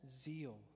zeal